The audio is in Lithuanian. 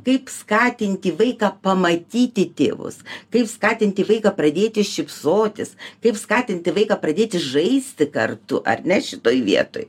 kaip skatinti vaiką pamatyti tėvus kaip skatinti vaiką pradėti šypsotis kaip skatinti vaiką pradėti žaisti kartu ar ne šitoj vietoj